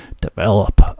develop